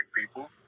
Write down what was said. people